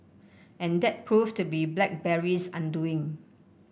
and that proved to be BlackBerry's undoing